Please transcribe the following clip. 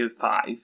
five